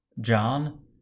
John